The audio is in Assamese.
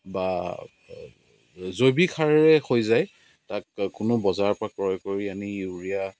বা জৈৱিক সাৰেৰে হৈ যায় তাক কোনো বজাৰৰ পৰা ক্ৰয় কৰি আনি ইউৰিয়া